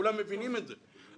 כולם מבינים את זה.